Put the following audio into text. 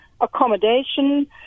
accommodation